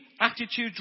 attitudes